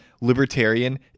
libertarian